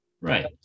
Right